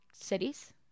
cities